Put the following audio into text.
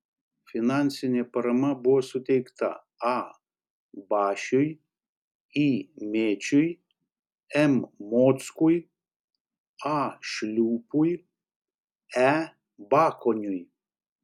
finansinė parama buvo suteikta a bašiui i mėčiui m mockui a šliupui e bakoniui